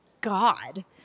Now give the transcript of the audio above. God